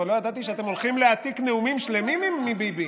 אבל לא ידעתי שאתם הולכים להעתיק נאומים שלמים מביבי.